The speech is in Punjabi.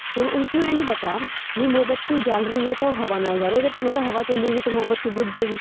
ਹੁਣ ਉਸਨੂੰ ਇਹ ਨਹੀਂ ਪਤਾ ਵੀ ਮੋਮਬੱਤੀ ਜਲ ਰਹੀ ਹੈ ਤਾਂ ਉਹ ਹਵਾ ਨਾਲ ਜਗ ਰਹੀ ਉਹਦੇ ਭਾਣੇ ਤਾਂ ਹਵਾ ਚੱਲੇਗੀ ਤਾਂ ਮੋਮਬੱਤੀ ਬੁੱਝ ਜੇਗੀ